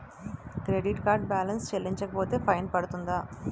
Credit card balance చెల్లించకపోతే fine పడ్తుంద?